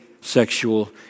sexual